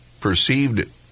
perceived